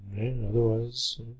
Otherwise